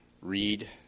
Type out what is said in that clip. read